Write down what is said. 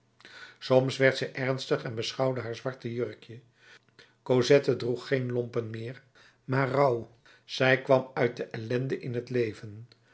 soms werd zij ernstig en beschouwde haar zwart jurkje cosette droeg geen lompen meer maar rouw zij kwam uit de ellende in het leven